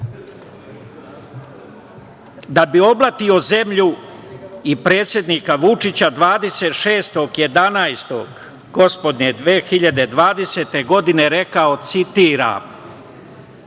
da bi oblatio zemlju i predsednika Vučića 26. novembra 2020. godine rekao, citiram